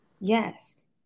yes